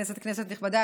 כנסת נכבדה,